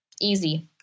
Easy